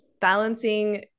balancing